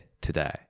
today